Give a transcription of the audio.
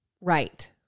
Right